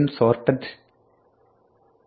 for k in sortedd